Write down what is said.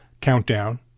countdown